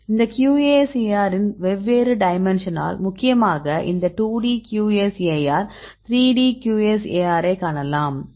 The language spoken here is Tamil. இந்த QSAR இன் வெவ்வேறு டைம்மென்ஷனால் முக்கியமாக இந்த 2D QSAR 3D QSARஐ காணலாம்